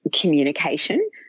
communication